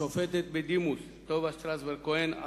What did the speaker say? השופטת בדימוס טובה שטרסברג-כהן,